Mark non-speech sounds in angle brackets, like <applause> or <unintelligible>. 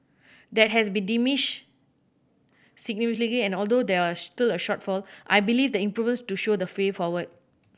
that has diminished significantly and although there <unintelligible> still a shortfall I believe the improvements do show the way forward